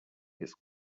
it’s